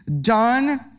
done